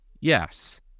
Yes